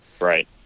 Right